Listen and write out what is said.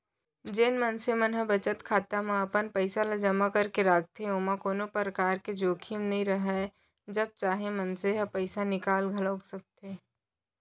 जेन मनसे मन ह बचत खाता म अपन पइसा ल जमा करके राखथे ओमा कोनो परकार के जोखिम नइ राहय जब चाहे मनसे ह पइसा निकाल घलौक सकथे